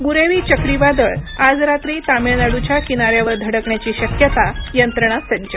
बुरेवी चक्रीवादळ आज रात्री तामिळनाडूच्या किनाऱ्यावर धडकण्याची शक्यता यंत्रणा सज्ज